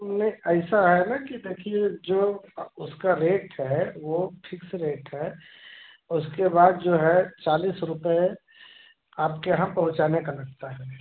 नहीं ऐसा है ना कि देखिए जो उसका रेट है वह फिक्स रेट है उसके बाद जो है चालीस रुपये आपके यहाँ पहुँचाने का लगता है